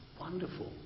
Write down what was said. wonderful